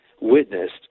witnessed